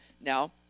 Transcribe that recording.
now